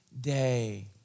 day